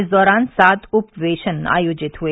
इस दौरान सात उपवेशन आयोजित हुए